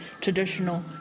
traditional